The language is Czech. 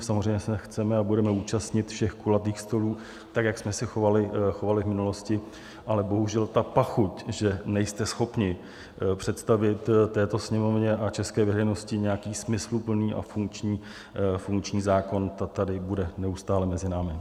Samozřejmě se chceme a budeme účastnit všech kulatých stolů, jak jsme se chovali v minulosti, ale bohužel ta pachuť, že nejste schopni představit této Sněmovně a české veřejnosti nějaký smysluplný a funkční zákon, ta tady bude neustále mezi námi.